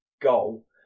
goal